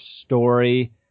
story